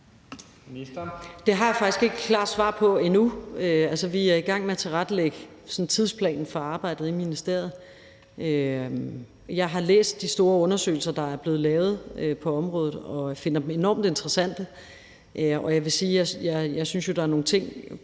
Det har jeg faktisk ikke et klart svar på endnu. Vi er i gang med at tilrettelægge tidsplanen for arbejdet inde i ministeriet. Jeg har læst de store undersøgelser, der er blevet lavet på området, og jeg finder dem enormt interessante, og jeg vil sige,